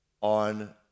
on